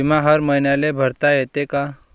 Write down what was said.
बिमा हर मईन्याले भरता येते का?